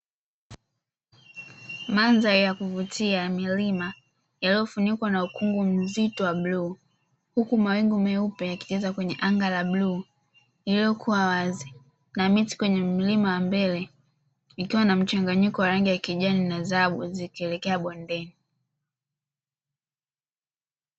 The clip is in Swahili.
Mandhari ya kuvutia ya milima yaliyofunikwa na ukungu mzito wa bluu, huku mawingu meupe yakijaza kwenye anga la bluu, lililokuwa wazi. Na miti kwenye mlima wa mbele ikiwa na mchanganyiko wa rangi ya kijani na dhahabu zikielekea bondeni.